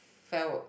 sell